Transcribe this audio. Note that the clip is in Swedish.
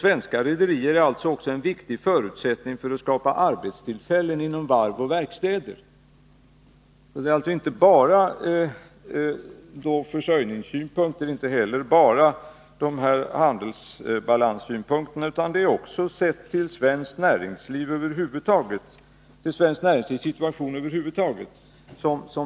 Svenska rederier är alltså en viktig förutsättning för att det skapas arbetstillfällen inom varv och verkstäder. Ur försörjningssynpunkt är detta av mycket stort intresse, inte bara när det gäller handelsbalansen utan också när det gäller svenskt näringslivs situation över huvud taget.